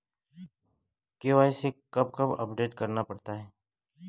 KYC कब कब update करवाना पड़ता है?